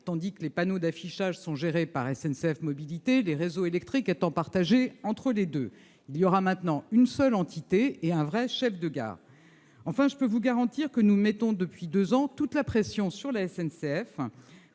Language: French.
tandis que les panneaux d'affichage dépendent de SNCF Mobilités et que les réseaux électriques sont partagés entre les deux entités. Il y aura maintenant une seule entité et un vrai chef de gare. Enfin, je puis vous garantir que nous mettons, depuis deux ans, toute la pression sur la SNCF